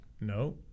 No